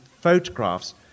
photographs